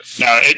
No